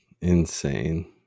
insane